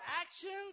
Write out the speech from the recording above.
actions